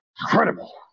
incredible